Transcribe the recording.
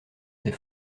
ses